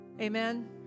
Amen